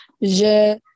Je